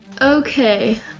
Okay